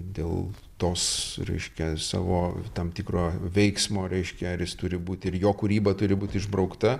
dėl tos reiškia savo tam tikro veiksmo reiškia ar jis turi būti ir jo kūryba turi būti išbraukta